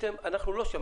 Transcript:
אנחנו לא שם.